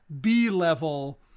B-level